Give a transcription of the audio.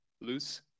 loose